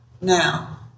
now